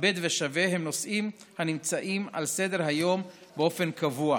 מכבד ושווה הם נושאים הנמצאים על סדר-היום באופן קבוע.